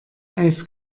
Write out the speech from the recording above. eis